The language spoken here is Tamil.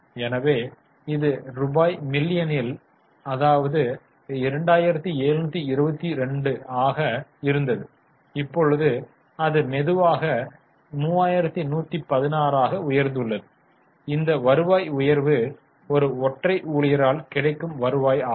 எனவே இது ரூபாய் மில்லியனில் 2722 ஆக இருந்தது இப்பொழுது அது மெதுவாக 3116 ஆக உயர்ந்துள்ளது இந்த வருவாய் உயர்வு ஒரு ஒற்றை ஊழியரால் கிடைக்கும் வருவாய் ஆகும்